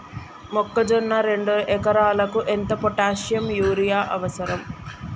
మొక్కజొన్న రెండు ఎకరాలకు ఎంత పొటాషియం యూరియా అవసరం?